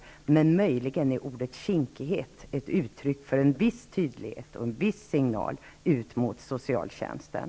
Ordet ''kinkig'' kan möjligen vara ett uttryck för en viss tydlighet och utgöra en viss signal till socialtjänsten.